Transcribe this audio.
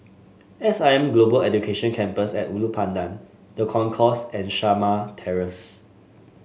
S I M Global Education Campus at Ulu Pandan The Concourse and Shamah Terrace